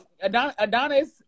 Adonis